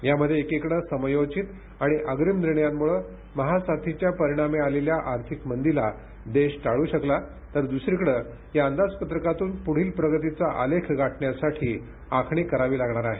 यामध्ये एकीकडे समयोचित आणि अग्रिम निर्णयांमुळे महासाथीच्या परिणामी आलेल्या आर्थिक मंदीला देश टाळू शकला तर दुसरीकडे या अंदाजपत्रकातून पुढील प्रगतीचा आलेख गाठण्यासाठी आखणी करावी लागणार आहे